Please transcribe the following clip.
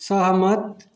सहमत